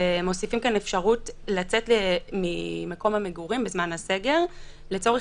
מוסיפים כאן אפשרות לצאת ממקום המגורים בזמן הסגר לצורך